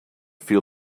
feel